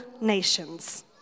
nations